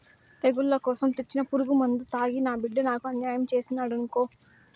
తెగుళ్ల కోసరం తెచ్చిన పురుగుమందు తాగి నా బిడ్డ నాకు అన్యాయం చేసినాడనుకో